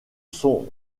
sont